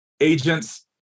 agents